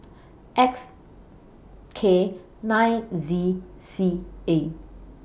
X K nine Z C A